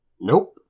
nope